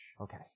Okay